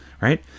right